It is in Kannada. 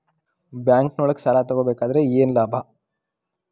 ಬ್ಯಾಂಕ್ನೊಳಗ್ ಸಾಲ ತಗೊಬೇಕಾದ್ರೆ ಏನ್ ಲಾಭ?